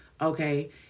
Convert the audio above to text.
Okay